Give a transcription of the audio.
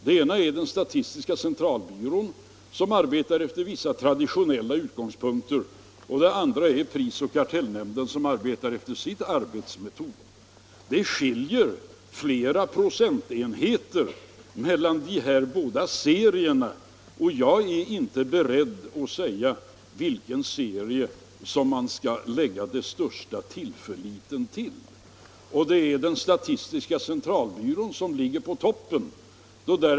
Den ena är statistiska centralbyrån, som arbetar efter vissa tradionella linjer, och den andra är prisoch kartellnämnden som arbetar efter sina metoder. Det skiljer flera procentenheter mellan dessa båda instansers serier, och jag är inte beredd att säga vilken serie man skall sätta den största tilltron till. Det är statistiska centralbyråns resultat som ligger på toppen.